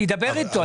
אני אדבר אתו.